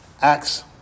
Acts